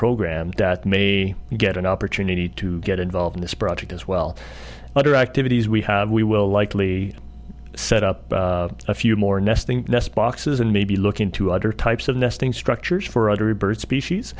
program that may get an opportunity to get involved in this project as well other activities we have we will likely set up a few more nesting nest boxes and maybe looking to other types of nesting structures for other bird species